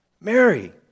Mary